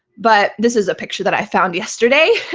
but this is a picture that i found yesterday.